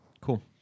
Cool